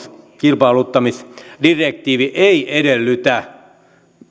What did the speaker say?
kilpailuttamisdirektiivi ei edellytä